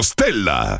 Stella